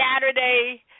Saturday